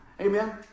Amen